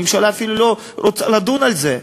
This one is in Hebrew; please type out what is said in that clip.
הממשלה אפילו לא רוצה לדון על זה.